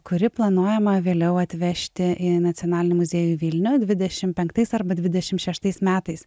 kuri planuojama vėliau atvežti į nacionalinį muziejų vilniuj dvidešim penktais arba dvidešim šeštais metais